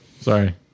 sorry